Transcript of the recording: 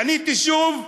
פניתי שוב,